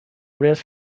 risk